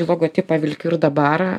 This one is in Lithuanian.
logotipą vilkiu ir dabar